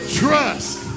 trust